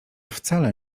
wcale